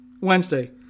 Wednesday